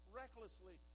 recklessly